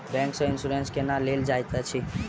bank सँ insurance केना लेल जाइत अछि